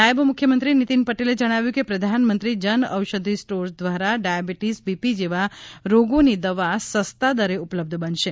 નાયબ મુખ્યમંત્રી નિતીન પટેલે જણાવ્યું કે પ્રધાનમંત્રી જન ઔષધિ સ્ટોર દ્વારા ડાયાબીટીસ બીપી જેવા રોગોની દવા સસ્તા દરે ઉપલબ્ધ બનશે